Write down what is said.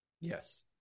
yes